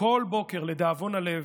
וכל בוקר, לדאבון הלב,